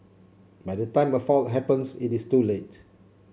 by the time a fault happens it is too late